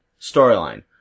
storyline